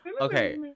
okay